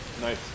Nice